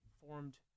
formed –